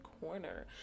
Corner